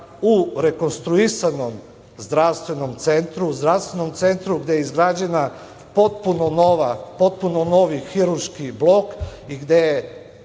u rekonstruisanom zdravstvenom centru, zdravstvenom centru gde je izgrađen potpuno nov hirurški blok i gde je